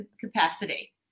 capacity